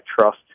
trust